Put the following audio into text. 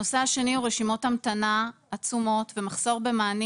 הנושא השני הוא רשימות המתנה עצומות ומחסור במענים